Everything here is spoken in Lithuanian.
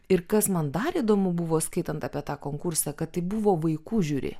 ir kas man dar įdomu buvo skaitant apie tą konkursą kad tai buvo vaikų žiuri